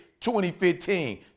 2015